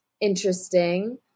Interesting